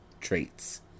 traits